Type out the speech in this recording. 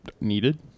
needed